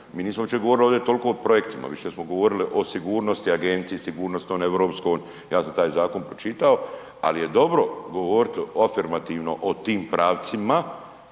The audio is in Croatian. Mi nismo uopće govorili toliko o projektima, više smo govorili o sigurnosti, agenciji, sigurnost … ja sam taj zakon pročitao, ali je dobro govoriti afirmativno o tim pravcima